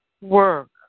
Work